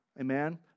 amen